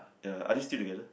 ya are they still together